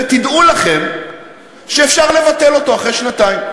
ותדעו לכם שאפשר לבטל אותו אחרי שנתיים.